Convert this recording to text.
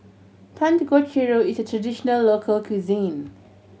dangojiru is a traditional local cuisine